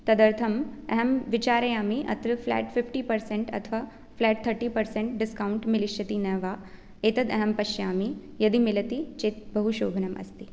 तदर्थम् अहं विचारयामि अत्र फ़्लेट् फ़िफ़्टि पर्सेण्ट् अथवा फ़्लेट् थर्टि पर्सेण्ट् डिस्कौण्ट् मिलिष्यति न वा एतद् अहं पश्यामि यदि मिलति चेत् बहुशोभनमस्ति